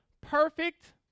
perfect